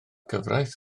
gyfraith